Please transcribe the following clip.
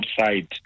outside